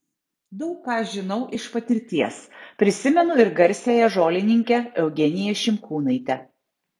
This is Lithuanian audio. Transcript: daug ką žinau iš patirties prisimenu ir garsiąją žolininkę eugeniją šimkūnaitę